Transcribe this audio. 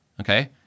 okay